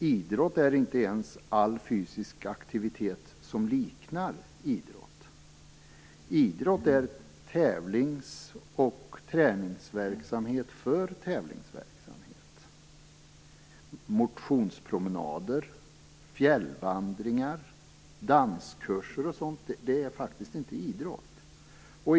Idrott är inte ens all fysisk aktivitet som liknar idrott. Idrott är tävlingsverksamhet och träningsverksamhet för tävlingsverksamhet. Motionspromenader, fjällvandringar, danskurser och sådant är faktiskt inte idrott.